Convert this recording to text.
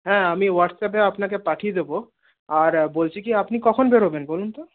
হ্যাঁ আমি হোয়াটসঅ্যাপে আপনাকে পাঠিয়ে দেব আর বলছি কী আপনি কখন বেরোবেন বলুন তো